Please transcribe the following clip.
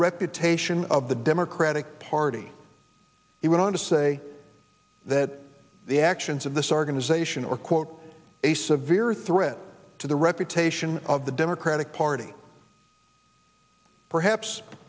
reputation of the democratic party he went on to say that the actions of this organization or quote a severe threat to the reputation of the democratic party perhaps